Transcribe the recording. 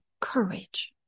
courage